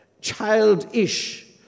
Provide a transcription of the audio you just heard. Childish